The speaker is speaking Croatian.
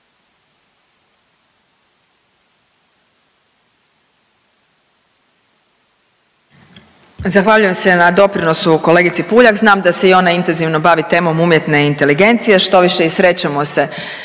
Zahvaljujem se na doprinosu kolegici Puljak. Znam da se i ona intenzivno bavi temom umjetne inteligencije, štoviše i srećemo se